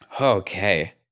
Okay